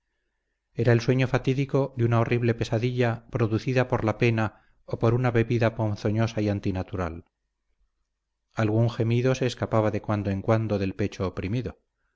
era el sueño fatídico de una horrible pesadilla producida por la pena o por una bebida ponzoñosa y antinatural algún gemido se escapaba de cuando en cuando del pecho oprimido